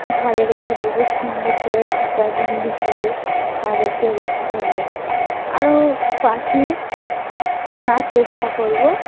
ঘরে রেখে দেবো সুন্দর করে খাঁচায় বন্দি করে তাদেরকে রেখে দেবো আরও পাখি কেনার চেষ্টা করবো